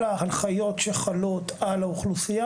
כל ההנחיות שחלות על האוכלוסייה,